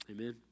Amen